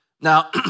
Now